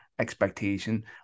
Expectation